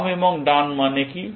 বাম এবং ডান মানে কি